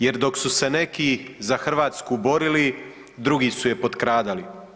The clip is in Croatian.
Jer dok su se neki za Hrvatsku borili, drugi su je potkradali.